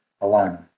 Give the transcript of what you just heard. alone